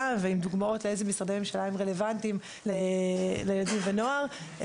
ועם דוגמאות איזה משרדי ממשלה הם רלוונטיים לילדים ונוער.